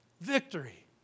Victory